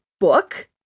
book